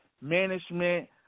management